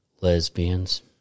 Lesbians